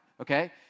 okay